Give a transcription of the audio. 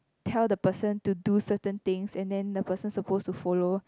tell the person to do certain thing and then the person supposed to follow